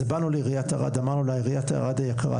זה באנו לעיריית ערד ואמרנו לעיריית ערד היקרה,